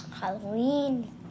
Halloween